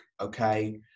okay